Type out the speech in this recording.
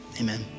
Amen